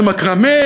זה מקרמה?